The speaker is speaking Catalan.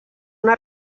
una